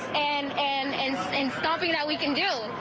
and and and so and stomping that we can do.